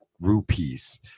rupees